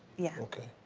yeah. okay.